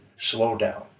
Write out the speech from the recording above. slowdown